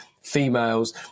females